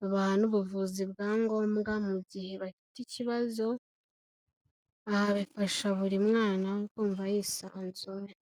babaha n'ubuvuzi bwa ngombwa mu gihe bafite ikibazo, aha bifasha buri mwana kumva yisanzuye.